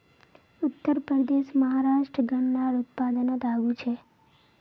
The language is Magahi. उत्तरप्रदेश, महाराष्ट्र गन्नार उत्पादनोत आगू छे